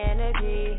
Energy